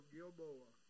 Gilboa